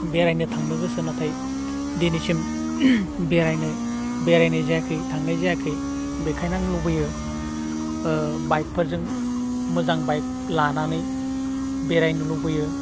बेरायनो थांनो गोसो नाथाय दिनैसिम बेरायनो बेरायनाय जायाखै थांनाय जायाखै बेखायनो आं लुबैयो बाइकफोरजों मोजां बाइक लानानै बेरायनो लुबैयो